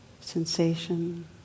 Sensation